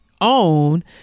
Own